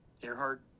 Earhart